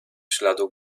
śladu